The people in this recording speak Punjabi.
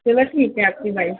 ਚਲੋ ਠੀਕ ਹੈ ਓਕੇ ਬਾਏ